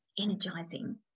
energizing